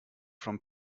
from